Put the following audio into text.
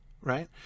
right